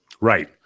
Right